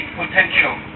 potential